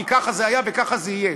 כי ככה זה היה וככה זה יהיה.